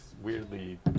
weirdly